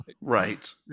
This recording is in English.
Right